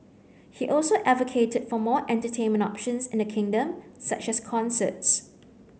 he also advocated for more entertainment options in the kingdom such as concerts